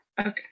Okay